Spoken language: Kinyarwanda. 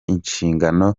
inshingano